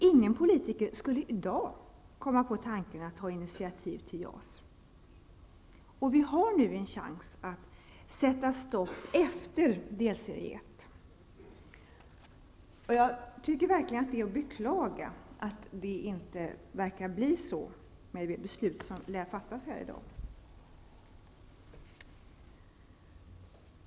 Ingen politiker skulle i dag komma på tanken att ta initiativ till JAS. Vi har nu en chans att sätta stopp efter delserie 1. Det är verkligen att beklaga att detta inte verkar bli det beslut som skall fattas här i dag.